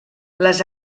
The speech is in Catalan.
les